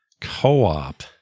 co-op